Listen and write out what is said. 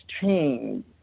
change